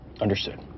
Understood